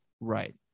Right